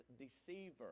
deceiver